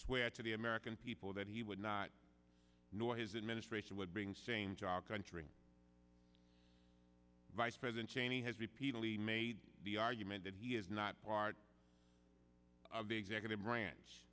swear to the american people that he would not nor his administration would bring shame to our country vice president cheney has repeatedly made the argument that he is not part of the executive branch